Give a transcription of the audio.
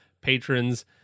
patrons